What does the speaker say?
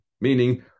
Meaning